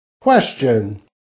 Question